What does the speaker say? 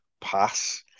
pass